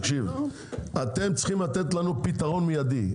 אתם צריכים לתת לנו פתרון מיידי.